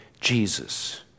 Jesus